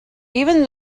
even